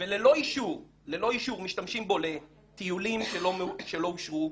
וללא אישור משתמשים בו לטיולים שלא אושרו,